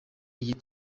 iyi